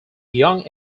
young